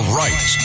right